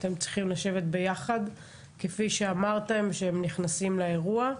אתם צריכים לשבת ביחד כפי שאמרתם שהם נכנסים לאירוע,